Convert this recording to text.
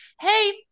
hey